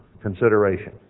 consideration